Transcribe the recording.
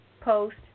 post